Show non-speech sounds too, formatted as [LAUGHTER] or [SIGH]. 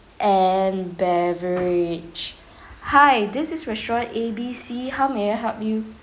and beverage [BREATH] hi this is restaurant A B C how may I help you